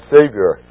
Savior